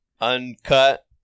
Uncut